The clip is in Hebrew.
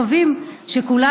ואנחנו מקווים שכולם,